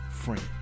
friend